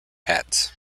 hats